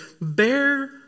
Bear